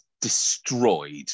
destroyed